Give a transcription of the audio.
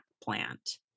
plant